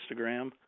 Instagram